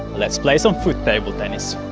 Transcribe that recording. let's play some foot table tennis!